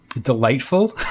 delightful